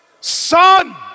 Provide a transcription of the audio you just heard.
Son